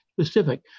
specific